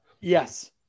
Yes